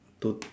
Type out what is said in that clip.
to